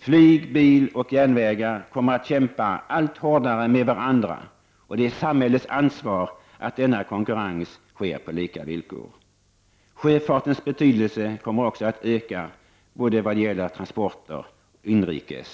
Flyg, biloch järnvägar kommer att kämpa allt hårdare mot varandra, och det är samhällets ansvar att se till att denna konkurrens sker på lika villkor. Sjöfartens betydelse kommer också att öka i fråga om såväl inrikes som utrikes transporter. Herr talman!